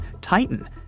Titan